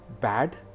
bad